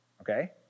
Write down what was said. okay